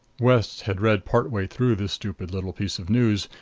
west had read part way through this stupid little piece of news,